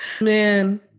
man